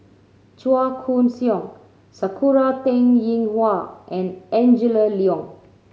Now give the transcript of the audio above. Chua Koon Siong Sakura Teng Ying Hua and Angela Liong